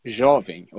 jovem